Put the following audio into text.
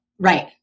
Right